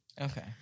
Okay